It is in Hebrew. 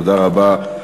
תודה רבה.